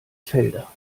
felder